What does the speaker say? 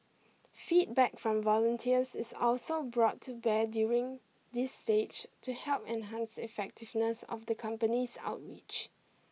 feedback from volunteers is also brought to bear during this stage to help enhance the effectiveness of the company's outreach